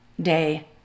day